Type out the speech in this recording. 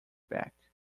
back